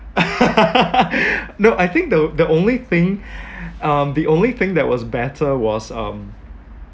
no I think the the only thing um the only thing that was better was um